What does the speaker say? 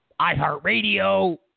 iHeartRadio